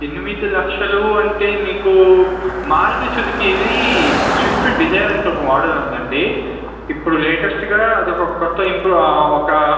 ఎనిమిది లక్షలు అంటే మీకు మారుతి సుజుకీవి స్విఫ్ట్ డిజైర్ అనేసి ఒక మోడల్ ఉందండి ఇప్పుడు లేటెస్ట్గా అది ఒక క్రొత్త ఇంప్రూవ్ ఒక